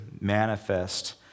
manifest